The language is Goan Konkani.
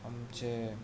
आमचे